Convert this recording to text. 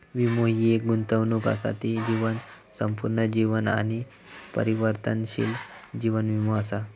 वीमो हि एक गुंतवणूक असा ती जीवन, संपूर्ण जीवन आणि परिवर्तनशील जीवन वीमो असा